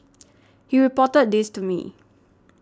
he reported this to me